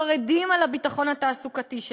חרדים לביטחון התעסוקתי שלהם.